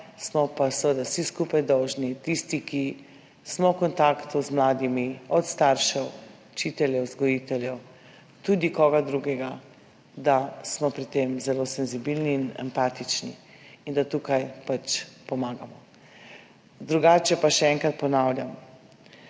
smo seveda vsi skupaj dolžni, tisti, ki smo v kontaktu z mladimi, od staršev, učiteljev, vzgojiteljev, tudi koga drugega, da smo pri tem zelo senzibilni in empatični in da tukaj pomagamo. Drugače pa, še enkrat ponavljam,